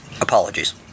Apologies